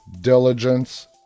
diligence